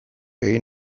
egin